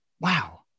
wow